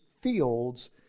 fields